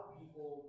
people